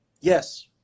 Yes